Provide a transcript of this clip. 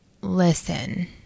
listen